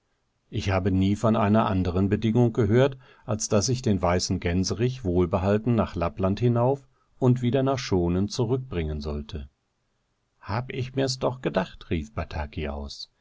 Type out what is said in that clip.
ich habe nie von einer anderen bedingung gehört als daß ich den weißen gänserich wohlbehalten nach lappland hinauf und wieder nach schonen zurückbringen sollte hab ich mir's doch gedacht rief bataki aus